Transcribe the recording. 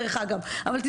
הבנתי.